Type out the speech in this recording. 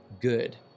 good